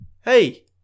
Hey